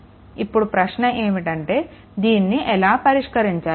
ఇప్పుడు ప్రశ్న ఏమిటంటే దీనిని ఎలా పరిష్కరించాలి